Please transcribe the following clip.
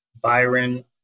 Byron